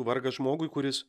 vargas žmogui kuris